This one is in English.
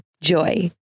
JOY